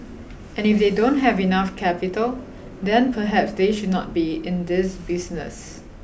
and if they don't have enough capital then perhaps they should not be in this business